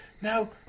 Now